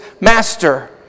Master